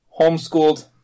homeschooled